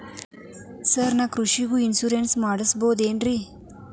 Sir ನಾನು ಕೃಷಿಗೂ insurance ಮಾಡಸಬಹುದೇನ್ರಿ?